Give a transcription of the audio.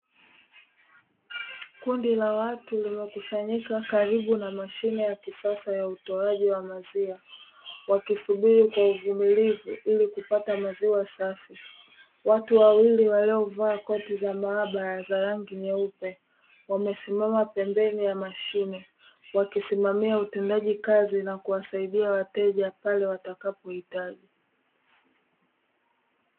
Kundi la watu linakusanyika karibu na mashine ya kisasa ya utoaji wa maziwa wakisubiri kwa uvumilivu ili kupata maziwa safi, watu wawili waliovaa koti za maabara za rangi nyeupe wamesimama pembeni ya mashine wakisimamia utendaji kazi na kuwasaidia wateja pale watakapohitaji.